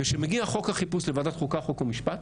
וכשמגיע חוק החיפוש לוועדת חוקה, חוק ומשפט,